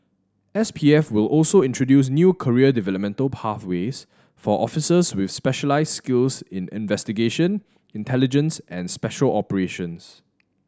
S P F will also introduce new career developmental pathways for officers with specialised skills in investigation intelligence and special operations